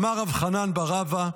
"אמר רב חנן בר רבא: